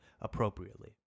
appropriately